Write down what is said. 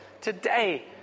today